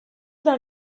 dans